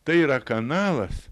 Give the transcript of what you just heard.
tai yra kanalas